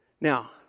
Now